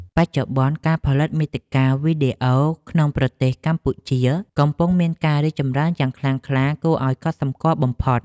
បច្ចុប្បន្ន ការផលិតមាតិកាវីដេអូក្នុងប្រទេសកម្ពុជាកំពុងមានការរីកចម្រើនយ៉ាងខ្លាំងក្លាគួរឱ្យកត់សម្គាល់បំផុត។